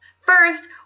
First